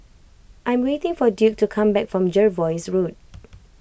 I'm waiting for Duke to come back from Jervois Road